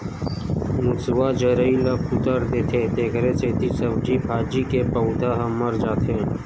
मूसवा जरई ल कुतर देथे तेखरे सेती सब्जी भाजी के पउधा ह मर जाथे